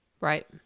Right